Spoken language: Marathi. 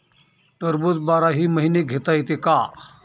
टरबूज बाराही महिने घेता येते का?